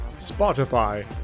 Spotify